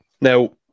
Now